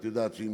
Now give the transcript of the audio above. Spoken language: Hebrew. את יודעת שאם